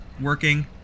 working